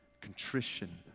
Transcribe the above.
contrition